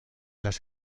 las